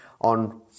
on